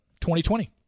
2020